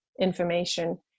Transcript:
information